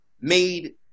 made